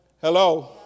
hello